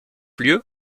lieu